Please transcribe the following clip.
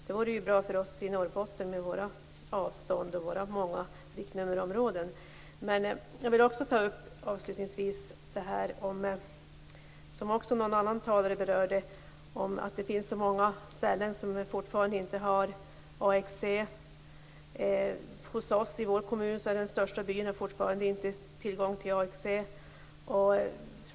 Det vore ju bra för oss i Norrbotten med våra avstånd och våra många riktnummerområden. Avslutningsvis vill jag även ta upp det som även någon annan talare berörde, nämligen att man fortfarande inte har AXE-växlar i många områden. I vår kommun har den största byn fortfarande inte tillgång till AXE-växel.